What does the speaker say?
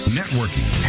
networking